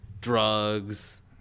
drugs